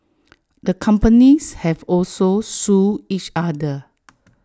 the companies have also sued each other